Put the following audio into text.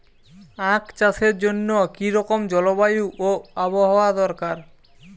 আখ চাষের জন্য কি রকম জলবায়ু ও আবহাওয়া দরকার?